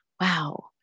wow